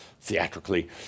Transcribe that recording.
Theatrically